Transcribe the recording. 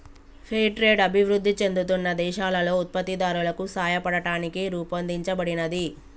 fair trade అభివృద్ధి చెందుతున్న దేశాలలో ఉత్పత్తిదారులకు సాయపడటానికి రూపొందించబడినది